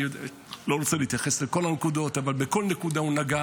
אני לא רוצה להתייחס לכל הנקודות, אבל הוא נגע